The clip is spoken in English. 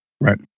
Right